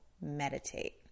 meditate